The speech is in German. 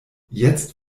jetzt